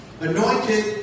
anointed